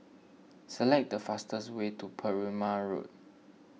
select the fastest way to Perumal Road